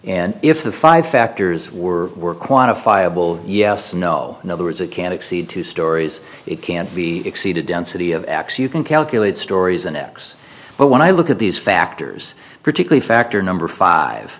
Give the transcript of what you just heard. and if the five factors were were quantifiable yes no in other words it can exceed two stories it can be exceeded density of x you can calculate stories and x but when i look at these factors particularly factor number five